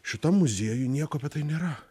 šitam muziejuj nieko apie tai nėra